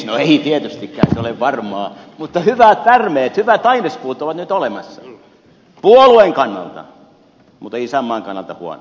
no ei tietystikään se ole varmaa mutta hyvät värmeet hyvät ainespuut ovat nyt olemassa puolueen kannalta mutta isänmaan kannalta huonot